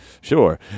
Sure